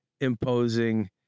imposing